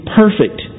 perfect